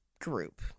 group